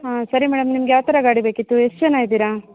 ಹಾಂ ಸರಿ ಮೇಡಮ್ ನಿಮಗೆ ಯಾವ ಥರ ಗಾಡಿ ಬೇಕಿತ್ತು ಎಷ್ಟು ಜನ ಇದ್ದೀರಿ